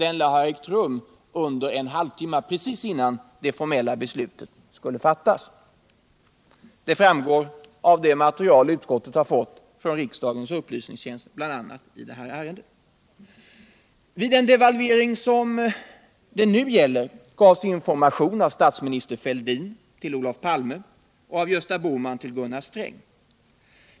Den lär ha ägt rum precis en halv timme, innan det formella beslutet skulle antas. Det framgår bl.a. av det material som utskottet fått från riksdagens upplysningstjänst i det här ärendet. Vid den devalvering det nu gäller gavs information av statsminister Fälldin till Olof Palme och av Gösta Bohman till Gunnar Sträng.